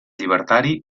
llibertari